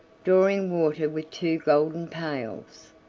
drawing water with two golden pails.